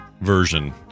version